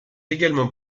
également